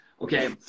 Okay